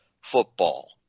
football